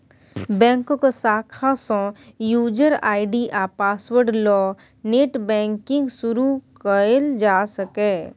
बैंकक शाखा सँ युजर आइ.डी आ पासवर्ड ल नेट बैंकिंग शुरु कयल जा सकैए